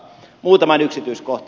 muutama yksityiskohta